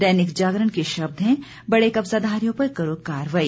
दैनिक जागरण के शब्द हैं बड़े कब्जाधारियों पर करो कार्रवाई